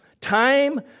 time